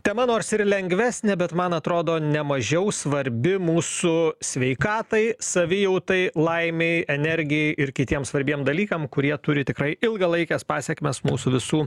tema nors ir lengvesnė bet man atrodo nemažiau svarbi mūsų sveikatai savijautai laimei energijai ir kitiem svarbiem dalykam kurie turi tikrai ilgalaikes pasekmes mūsų visų